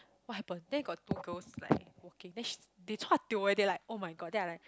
what happened then got two girls like walking then she they chua tio eh they're like [oh]-my-god then I like